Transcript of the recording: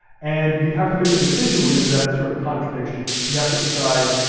and you have to make a decision when there's that sort of contradiction. you have to decide,